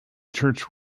church